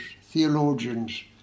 theologians